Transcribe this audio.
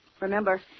Remember